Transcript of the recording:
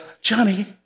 Johnny